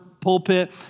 pulpit